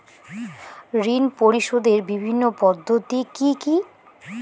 ঋণ পরিশোধের বিভিন্ন পদ্ধতি কি কি?